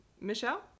Michelle